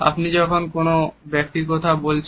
আপনি যখন কোন ব্যক্তির সাথে কথা বলছেন